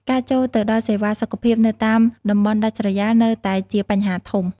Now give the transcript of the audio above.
ការចូលទៅដល់សេវាសុខភាព នៅតាមតំបន់ដាច់ស្រយាលនៅតែជាបញ្ហាធំ។